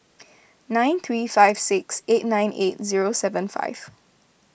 nine three five six eight nine eight zero seven five